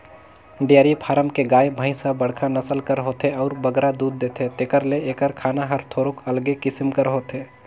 dairy farm के गाय, भंइस ह बड़खा नसल कर होथे अउ बगरा दूद देथे तेकर ले एकर खाना हर थोरोक अलगे किसिम कर होथे